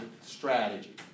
strategy